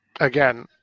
Again